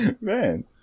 man